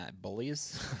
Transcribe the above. bullies